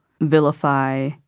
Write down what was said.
vilify